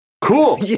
Cool